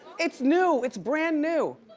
it's new, it's brand new.